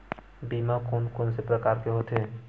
बीमा कोन कोन से प्रकार के होथे?